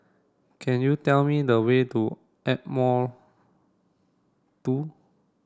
can you tell me the way to Ardmore two